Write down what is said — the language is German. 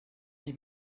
mich